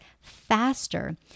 faster